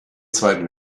zweiten